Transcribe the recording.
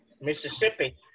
Mississippi